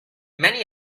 many